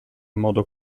modo